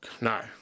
No